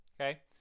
Okay